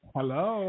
Hello